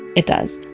it does.